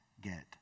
get